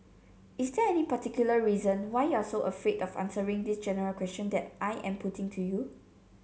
is there any particular reason why you are so afraid of answering this general question that I am putting to you